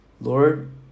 Lord